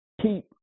keep